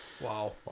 Wow